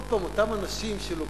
עוד פעם, אותם אנשים שלוקחים